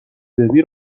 ادبی